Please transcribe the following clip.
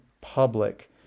public